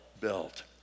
built